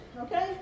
Okay